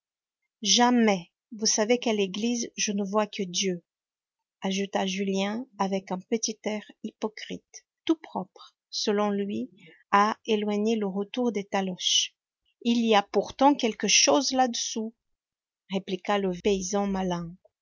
jamais vous savez qu'à l'église je ne vois que dieu ajouta julien avec un petit air hypocrite tout propre selon lui à éloigner le retour des taloches il y a pourtant quelque chose là-dessous répliqua le paysan malin